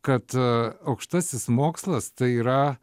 kad a aukštasis mokslas tai yra